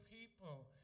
people